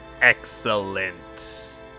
excellent